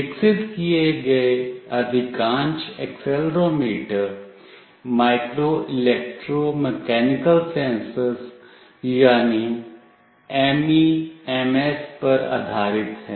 विकसित किए गए अधिकांश accelerometer micro electro mechanical sensor यानी एमईएमएस पर आधारित हैं